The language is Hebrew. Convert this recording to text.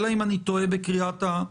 אלא אם כן אני טועה בקריאת הנתונים.